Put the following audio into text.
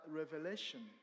revelation